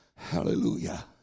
Hallelujah